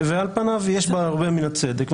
ועל פניו יש בה הרבה מן הצדק,